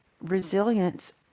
resilience